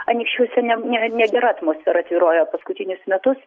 anykščiuose ne ne negera atmosfera tvyrojo paskutinius metus